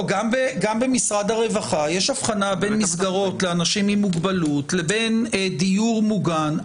גם במשרד הרווחה יש הבחנה בין מסגרות לאנשים עם מוגבלות לבין דיור מוגן.